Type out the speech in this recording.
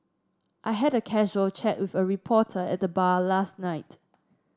I had a casual chat with a reporter at the bar last night